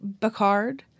Bacard